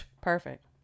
Perfect